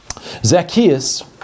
Zacchaeus